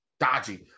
Dodgy